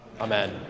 Amen